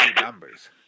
numbers